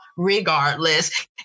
Regardless